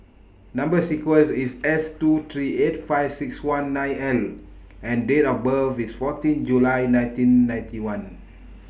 Number sequence IS S two three eight five six one nine L and Date of birth IS fourteen July nineteen ninety one